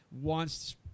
wants